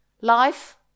Life